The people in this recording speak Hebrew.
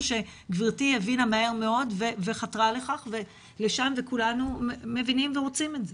שגברתי הבינה מהר מאוד וחתרה לכך וכולנו מבינים ורוצים את זה.